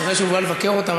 מקווה שהוא בא לבקר אותם,